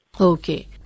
Okay